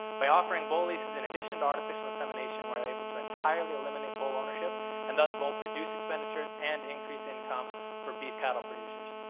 by offering bull leases in addition to artificial insemination, we're able to entirely eliminate bull ownership and thus both reduce expenditures and increase income for beef cattle producers.